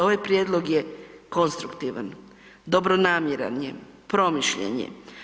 Ovaj prijedlog je konstruktivan, dobronamjeran je, promišljen je.